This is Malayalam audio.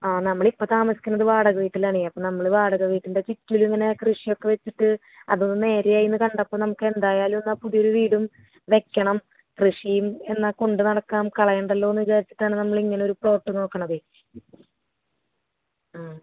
ആ നമ്മളിപ്പോൾ താമസിക്കുന്നത് വാടക വീട്ടിലാണേ അപ്പം നമ്മൾ വാടക വീട്ടിൻറ്റെ ചുറ്റിലിങ്ങനെ കൃഷിയൊക്കെ വെച്ചിട്ട് അതൊന്നു നേരെയായീന്നു കണ്ടപ്പോൾ നമുക്കെന്തായാലും എന്നാൽ പുതിയൊരു വീടും വെക്കണം കൃഷീം എന്നാൽ കൊണ്ടു നടക്കാം കളയണ്ടല്ലോന്നു വിചാരിച്ചിട്ടാണ് നമ്മളിങ്ങനൊരു പ്ലോട്ട് നോക്കണത് ആ